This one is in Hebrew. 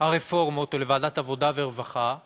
הרפורמות או לוועדת עבודה ורווחה ולהגיד: